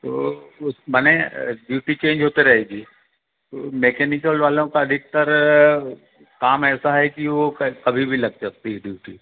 तो उस मने ड्यूटी चेंज होते रहेगी मैकेनिकल वालों का अधिकतर काम ऐसा है कि वो कभी भी लग सकती है ड्यूटी